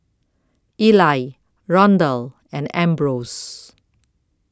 Ely Rondal and Ambrose